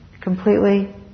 completely